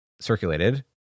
circulated